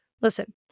Listen